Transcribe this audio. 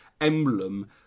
emblem